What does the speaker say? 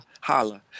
Holla